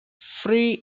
free